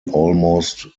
almost